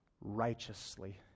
righteously